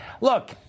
Look